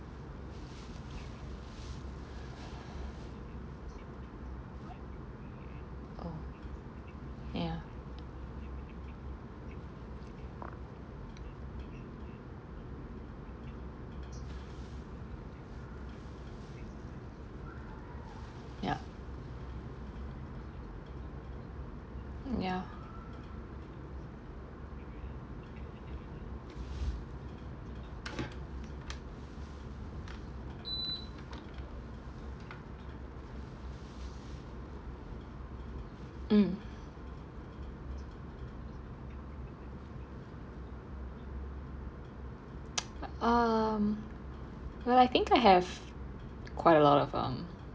oh ya ya ya mm um well I think I have quite of um